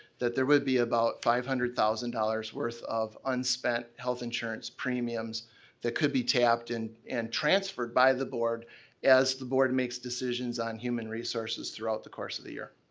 that there would be about five hundred thousand dollars worth of unspent health insurance premiums that could be tapped and and transferred by the board as the board makes decisions on human resources throughout the course of the year.